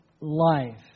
life